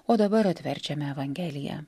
o dabar atverčiame evangeliją